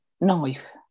Knife